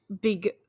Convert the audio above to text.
big